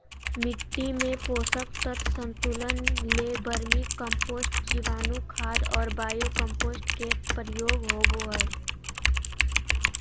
मिट्टी में पोषक तत्व संतुलन ले वर्मी कम्पोस्ट, जीवाणुखाद और बायो कम्पोस्ट के प्रयोग होबो हइ